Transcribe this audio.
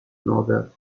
norbert